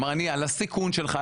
על הסיכון שלך,